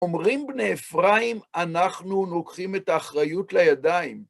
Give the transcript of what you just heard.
אומרים בני אפרים, אנחנו לוקחים את האחריות לידיים.